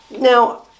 Now